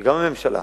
שגם הממשלה,